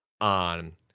on